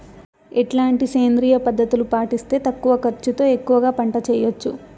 ఎట్లాంటి సేంద్రియ పద్ధతులు పాటిస్తే తక్కువ ఖర్చు తో ఎక్కువగా పంట చేయొచ్చు?